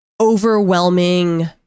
overwhelming